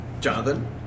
Jonathan